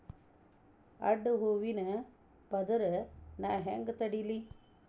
ಅಡ್ಡ ಹೂವಿನ ಪದರ್ ನಾ ಹೆಂಗ್ ತಡಿಲಿ?